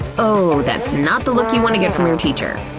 ohh, that's not the look you want to get from your teacher.